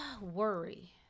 Worry